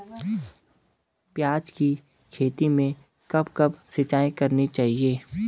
प्याज़ की खेती में कब कब सिंचाई करनी चाहिये?